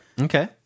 Okay